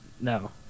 No